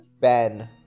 Ben